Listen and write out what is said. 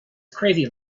crazy